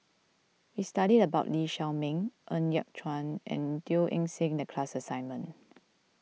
we studied about Lee Shao Meng Ng Yat Chuan and Teo Eng Seng in the class assignment